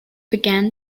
began